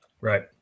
Right